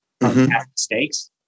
Mistakes